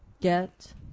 Get